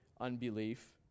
unbelief